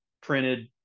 printed